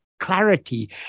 clarity